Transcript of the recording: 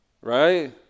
Right